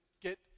get